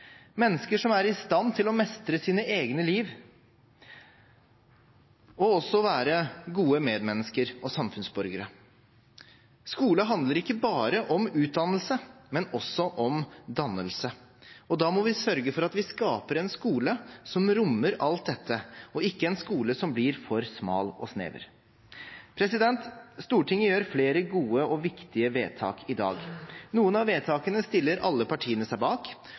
mennesker som er i stand til å mestre sitt eget liv, og som også er gode medmennesker og samfunnsborgere. Skole handler ikke bare om utdannelse, men også om dannelse. Da må vi sørge for at vi skaper en skole som rommer alt dette, ikke en skole som blir for smal og snever. Stortinget fatter flere gode og viktige vedtak i dag. Noen av vedtakene stiller alle partiene seg bak,